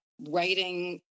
writing